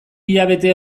hilabete